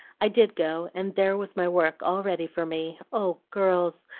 i did go, and there was my work all ready for me. oh, girls!